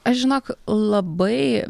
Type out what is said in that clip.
aš žinok labai